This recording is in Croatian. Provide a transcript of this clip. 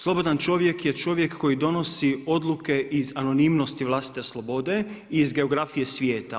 Slobodan čovjek je čovjek koji donosi odluke iz anonimnosti vlastite slobode, iz geografije svijeta.